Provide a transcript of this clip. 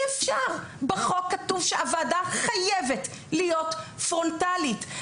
בחוק כתוב שהוועדה חייבת להיות פרונטלית.